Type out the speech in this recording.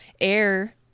air